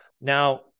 Now